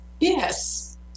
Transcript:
Yes